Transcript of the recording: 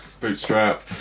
Bootstrap